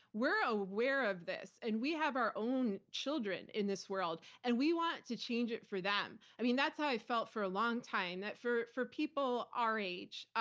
we're aware of this, and we have our own children in this world and we want to change it for them. i mean, that's how i've felt for a long time, that for for people our age,